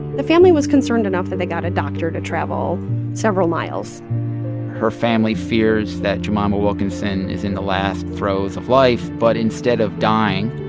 the family was concerned enough that they got a doctor to travel several miles her family fears that jemima wilkinson is in the last throes of life. but instead of dying,